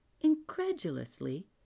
incredulously